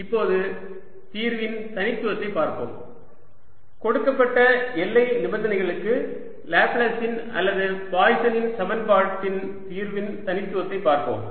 இப்போது தீர்வின் தனித்துவத்தை பார்ப்போம் கொடுக்கப்பட்ட எல்லை நிபந்தனைக்கு லேப்ளேஸின் அல்லது பாய்சனின் சமன்பாட்டின் தீர்வின் தனித்துவத்தை பார்ப்போம்